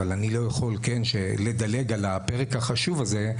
אבל אני לא יכול לדלג על הפרק החשוב הזה,